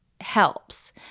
helps